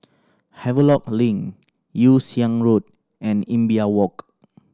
Havelock Link Yew Siang Road and Imbiah Walk